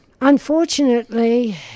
Unfortunately